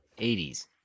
80s